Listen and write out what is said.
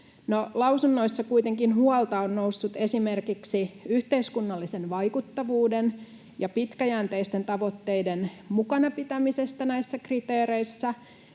Lausunnoissa on kuitenkin noussut huolta esimerkiksi yhteiskunnallisen vaikuttavuuden ja pitkäjänteisten tavoitteiden mukana pitämisestä näissä kriteereissä